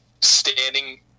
standing